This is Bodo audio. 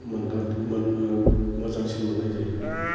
मोजांसिन मोननाय जायो